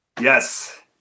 Yes